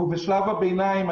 בשלב הביניים,